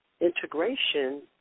integration